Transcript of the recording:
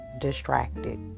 distracted